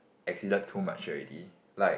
existed too much already like